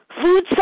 food